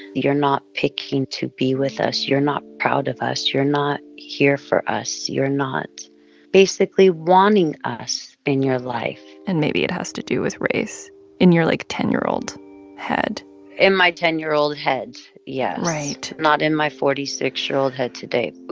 you're not picking to be with us. you're not proud of us. you're not here for us. you're not basically wanting us in your life and maybe it has to do with race in your, like, ten year old head in my ten year old head, yes yeah right not in my forty six year old head today